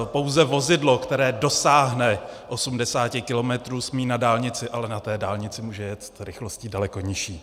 Pouze vozidlo, které dosáhne 80 kilometrů, smí na dálnici, ale na té dálnici může jet rychlostí daleko nižší.